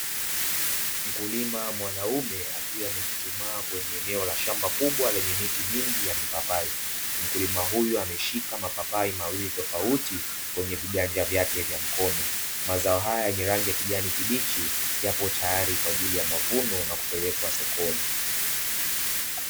Mkulima mwanaume akiwa amechuchumaa kwenye eneo la shamba kubwa lenye miti mingi ya mipapai, mkulima huyu ameshika mapapai mawili tofauti kwenye viganja vyake vya mkono. Mazao haya jirani ya kijani kibichi yapo tayari kwa ajili ya mavuno na kupelekwa sokoni.